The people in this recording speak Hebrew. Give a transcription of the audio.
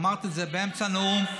אמרת את זה באמצע הנאום.